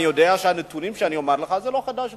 אני יודע שהנתונים שאני אומר לך לא חדשים לך,